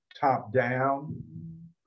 top-down